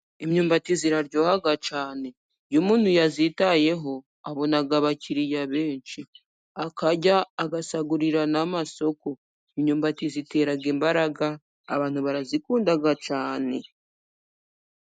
Imyumbati iraryoha cyane, iyo umuntu yayitayeho ,abona abakiriya benshi akarya, agasagurira n'amasoko .Imyumbati itera imbaraga abantu barayikunda cyane.